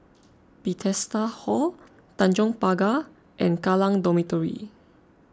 Bethesda Hall Tanjong Pagar and Kallang Dormitory